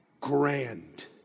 grand